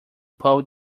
pull